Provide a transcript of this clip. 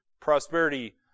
prosperity